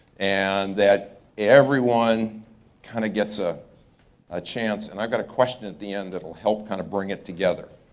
and that everyone kinda gets ah a chance, and i've got a question at the end that will help kinda kind of bring it together.